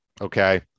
Okay